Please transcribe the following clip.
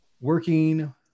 working